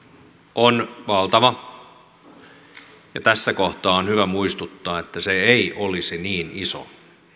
on valtava tässä kohtaa on hyvä muistuttaa että se ei olisi niin iso